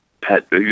pet